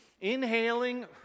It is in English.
inhaling